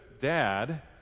dad